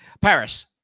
Paris